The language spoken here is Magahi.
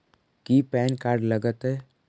की पैन कार्ड लग तै?